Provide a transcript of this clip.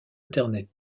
internet